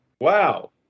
wow